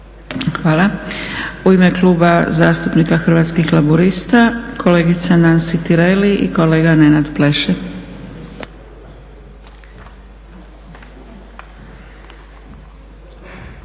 Hvala. U ime Kluba zastupnika Hrvatskih laburista kolegica Nansi Tireli i kolega Nenad Pleše.